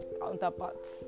counterparts